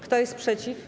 Kto jest przeciw?